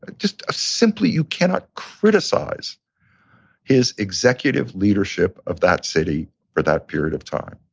just simply you cannot criticize his executive leadership of that city for that period of time.